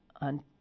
on